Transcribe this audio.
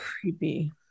Creepy